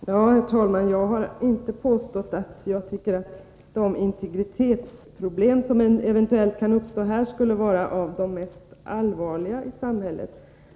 Herr talman! Jag har inte påstått att jag tycker att de integritetsproblem som eventuellt kan uppstå här skulle vara de mest allvarliga i samhället.